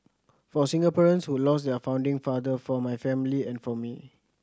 for Singaporeans who lost their founding father for my family and for me